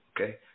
Okay